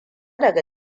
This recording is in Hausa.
daga